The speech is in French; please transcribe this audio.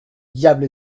diable